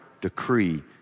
decree